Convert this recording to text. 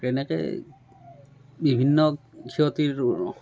তেনেকৈয়ে বিভিন্ন ক্ষতিৰ